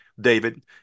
David